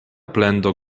plendo